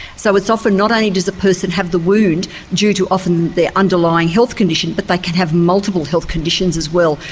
so it's often not only does a person have the wound due to often their underlying health condition, but they can have multiple health conditions as well,